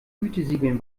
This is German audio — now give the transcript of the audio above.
gütesiegeln